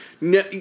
no